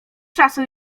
czasu